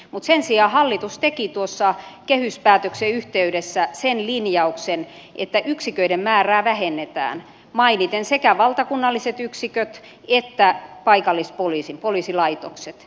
mutta sen sijaan hallitus teki tuossa kehyspäätöksen yhteydessä sen linjauksen että yksiköiden määrää vähennetään mainiten sekä valtakunnalliset yksiköt että paikallispoliisin poliisilaitokset